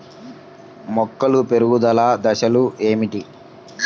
మొక్కల పెరుగుదల దశలు ఏమిటి?